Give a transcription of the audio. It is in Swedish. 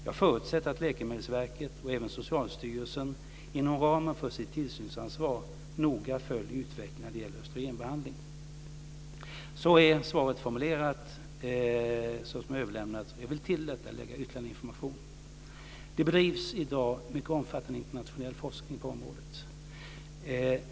Jag förutsätter att Läkemedelsverket och även Socialstyrelsen, inom ramen för sitt tillsynsansvar, noga följer utvecklingen när det gäller östrogenbehandling. Så här är det svar som jag har överlämnat formulerat. Jag vill till detta lägga ytterligare information. Det bedrivs i dag mycket omfattande internationell forskning på området.